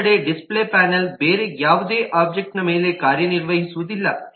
ಮತ್ತೊಂದೆಡೆ display panel ಬೇರೆ ಯಾವುದೇ ಒಬ್ಜೆಕ್ಟ್ನ ಮೇಲೆ ಕಾರ್ಯನಿರ್ವಹಿಸುವುದಿಲ್ಲ